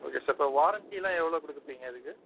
okay sir இப்போ வாரண்ட்டிலாம் எவ்வளோ கொடுப்பீங்க அதுக்கு